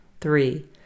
Three